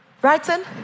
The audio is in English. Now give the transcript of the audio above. Brighton